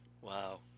Wow